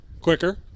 Quicker